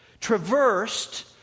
traversed